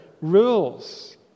rules